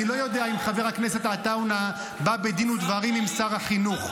אני לא יודע אם חבר הכנסת עטאונה בא בדין ובדברים עם שר החינוך.